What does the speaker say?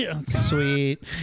Sweet